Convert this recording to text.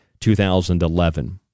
2011